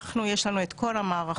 יש לנו את כל המערכות